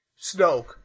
Snoke